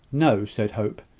no, said hope,